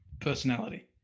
personality